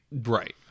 Right